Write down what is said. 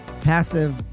passive